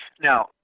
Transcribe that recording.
Now